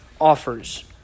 offers